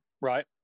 Right